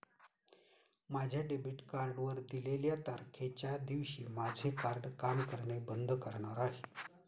माझ्या डेबिट कार्डवर दिलेल्या तारखेच्या दिवशी माझे कार्ड काम करणे बंद करणार आहे